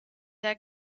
der